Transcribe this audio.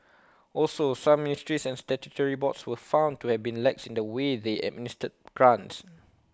also some ministries and statutory boards were found to have been lax in the way they administered grants